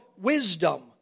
wisdom